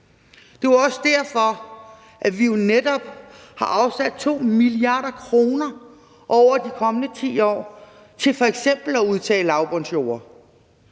Det er også derfor, at vi jo netop har afsat 2 mia. kr. over de kommende 10 år til f.eks. at udtage lavbundsjorde